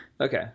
Okay